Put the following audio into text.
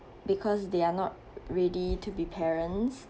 because they are not ready to be parents